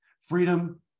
Freedom